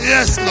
Yes